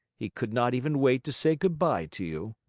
he could not even wait to say good-by to you.